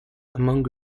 among